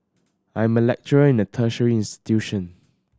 I am a lecturer in a tertiary institution